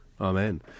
Amen